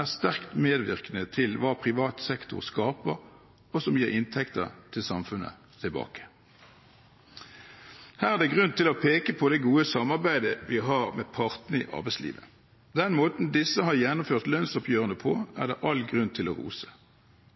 er sterkt medvirkende til hva privat sektor skaper, og som gir inntekter tilbake til samfunnet. Her er det grunn til å peke på det gode samarbeidet vi har med partene i arbeidslivet. Måten disse har gjennomført lønnsoppgjørene på, er det all grunn til å rose.